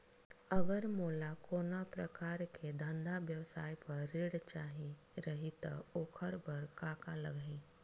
अगर मोला कोनो प्रकार के धंधा व्यवसाय पर ऋण चाही रहि त ओखर बर का का लगही?